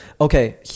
okay